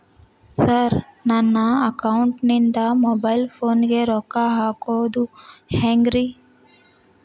Sir ನನ್ನ ಅಕೌಂಟದಿಂದ mobile ಫೋನಿಗೆ ರೊಕ್ಕ ಹಾಕೋದು ಹೆಂಗ್ರಿ?